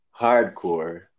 hardcore